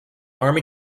army